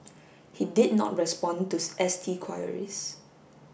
he did not respond to S T queries